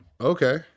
Okay